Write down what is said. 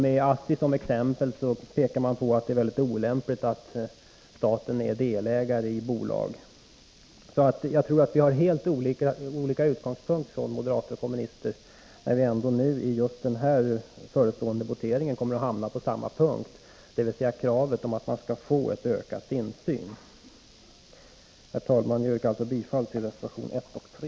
Med ASSI som exempel pekar man på att det är olämpligt att staten är delägare i bolag. Jag tror att moderater och kommunister alltså har helt olika utgångspunkter, även om vi i den förestående voteringen kommer att hamna på samma ställningstagande, dvs. kravet på ökad insyn. Herr talman! Jag yrkar bifall till reservationerna 1 och 3.